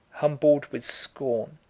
humbled with scorn,